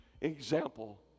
example